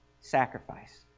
sacrifice